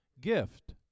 Gift